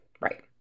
Right